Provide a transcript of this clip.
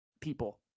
people